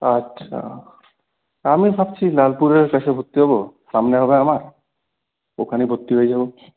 আচ্ছা আমি ভাবছি লালপুরের কাছে ভর্তি হবো সামনে হবে আমার ওখানেই ভর্তি হয়ে যাবো